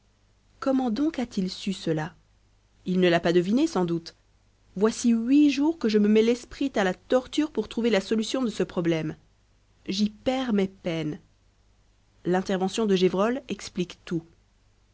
comment donc a-t-il su cela il ne l'a pas deviné sans doute voici huit jours que je me mets l'esprit à la torture pour trouver la solution de ce problème j'y perds mes peines l'intervention de gévrol explique tout